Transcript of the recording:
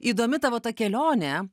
įdomi tavo ta kelionė